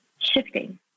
shifting